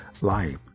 life